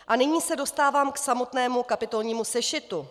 A nyní se dostávám k samotnému kapitolnímu sešitu.